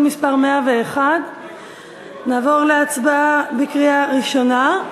מס' 101). נעבור להצבעה בקריאה ראשונה.